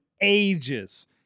ages